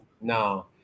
No